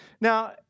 Now